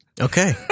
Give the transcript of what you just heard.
Okay